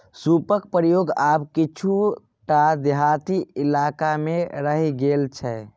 सूपक प्रयोग आब किछुए टा देहाती इलाकामे रहि गेल छै